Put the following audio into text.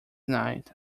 night